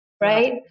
right